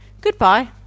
Goodbye